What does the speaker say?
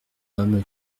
homme